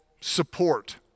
support